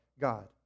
God